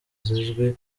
zizwi